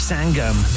Sangam